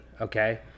okay